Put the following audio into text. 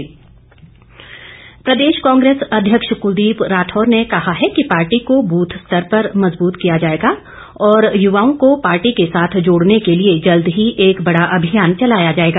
राठौर प्रदेश कांग्रेस अध्यक्ष क्लदीप राठौर ने कहा है कि पार्टी को बूथ स्तर पर मजबूत किया जाएगा और युवाओं को पार्टी के साथ जोड़ने के लिए जल्द ही एक बड़ा अभियान चलाया जाएगा